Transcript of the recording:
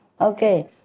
Okay